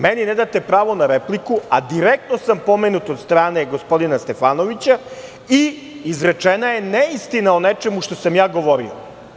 Meni ne date pravo na repliku, a direktno sam pomenut od strane gospodina Stefanovića i izrečena je neistina o nečemu što sam ja govorio.